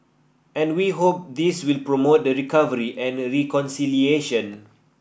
and we hope this will promote the recovery and reconciliation